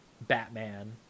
Batman